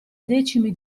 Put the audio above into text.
decimi